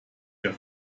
der